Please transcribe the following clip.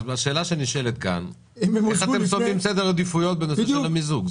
השאלה שנשאלת כאן איך אתם קובעים סדר עדיפויות בנושא המיזוג,